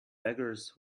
beggars